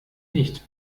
nicht